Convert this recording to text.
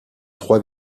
trois